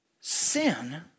Sin